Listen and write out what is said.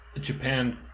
Japan